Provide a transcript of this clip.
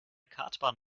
kartbahn